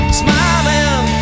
smiling